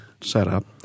setup